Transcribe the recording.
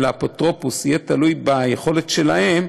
האפוטרופוס, זה יהיה תלוי ביכולת שלהם,